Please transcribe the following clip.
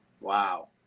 Wow